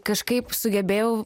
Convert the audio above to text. kažkaip sugebėjau